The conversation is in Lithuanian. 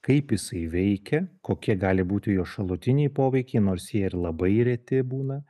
kaip jisai veikia kokie gali būti jo šalutiniai poveikiai nors jie ir labai reti būna